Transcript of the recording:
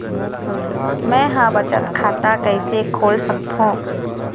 मै ह बचत खाता कइसे खोल सकथों?